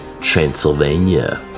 Transylvania